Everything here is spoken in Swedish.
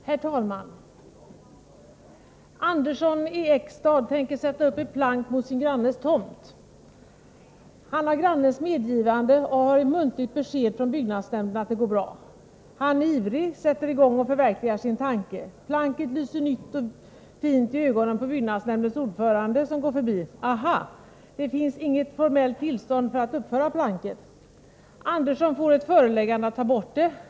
Herr talman! Andersson i X-stad tänker sätta upp ett plank mot sin grannes tomt. Han har grannens medgivande och har ett muntligt besked från byggnadsnämnden att det går bra. Han är ivrig, sätter i gång och förverkligar sin tanke. Planket lyser nytt och fint i ögonen på byggnadsnämndens ordförande, som går förbi. Aha, det finns inget formellt tillstånd för att uppföra planket! Andersson får ett föreläggande att ta bort det.